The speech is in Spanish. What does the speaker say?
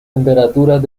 temperaturas